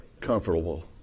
comfortable